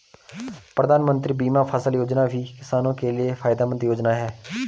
प्रधानमंत्री बीमा फसल योजना भी किसानो के लिये फायदेमंद योजना है